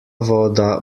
voda